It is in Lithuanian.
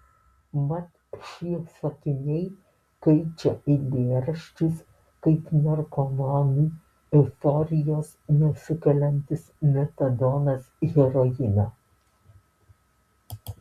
mat šie sakiniai keičia eilėraščius kaip narkomanui euforijos nesukeliantis metadonas heroiną